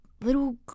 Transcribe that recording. little